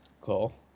Cool